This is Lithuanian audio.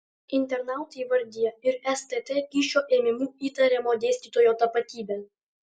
internautai įvardija ir stt kyšio ėmimu įtariamo dėstytojo tapatybę